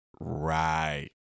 Right